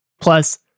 Plus